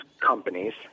companies